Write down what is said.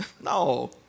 No